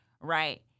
right